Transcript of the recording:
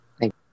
Thank